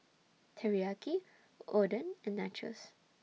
Teriyaki Oden and Nachos